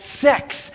sex